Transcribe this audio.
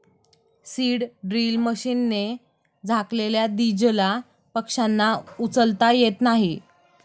seed drill मशीनने झाकलेल्या दीजला पक्ष्यांना उचलता येत नाही